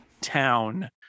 town